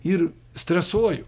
ir stresuoju